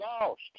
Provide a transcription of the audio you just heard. lost